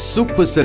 Super